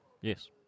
Yes